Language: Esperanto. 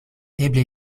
eble